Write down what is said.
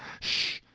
sh